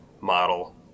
model